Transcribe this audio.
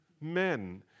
men